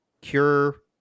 cure